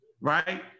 right